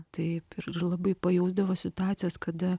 taip ir labai pajausdavo situacijas kada